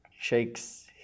shakes